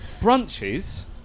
brunches